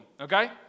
Okay